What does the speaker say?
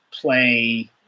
play